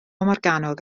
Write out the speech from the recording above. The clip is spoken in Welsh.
morgannwg